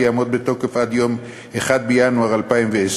ויעמוד בתוקף עד ליום 1 בינואר 2020,